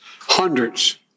Hundreds